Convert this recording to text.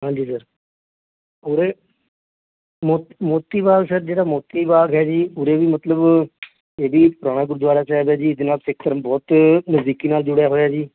ਹਾਂਜੀ ਸਰ ਉਰੇ ਮੋਤੀ ਮੋਤੀ ਬਾਗ ਸਰ ਜਿਹੜਾ ਮੋਤੀ ਬਾਗ ਹੈ ਜੀ ਉਰੇ ਵੀ ਮਤਲਬ ਇਹ ਜੀ ਪੁਰਾਣਾ ਗੁਰਦੁਆਰਾ ਸਾਹਿਬ ਹੈ ਜੀ ਇਹਦੇ ਨਾਲ ਸਿੱਖ ਧਰਮ ਬਹੁਤ ਨਜ਼ਦੀਕੀ ਨਾਲ ਜੁੜਿਆ ਹੋਇਆ ਜੀ